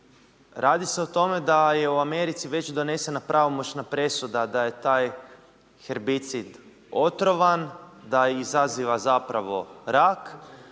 Radi se o tome da je u Americi već donesena pravomoćna presuda da je taj herbicid otrovan, da izaziva zapravo rak.